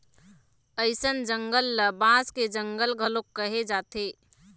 अइसन जंगल ल बांस के जंगल घलोक कहे जाथे